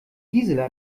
gisela